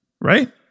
Right